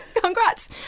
Congrats